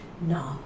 no